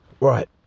Right